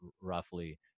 roughly